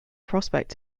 prospect